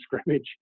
scrimmage